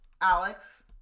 Alex